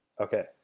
okay